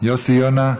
יוסי יונה,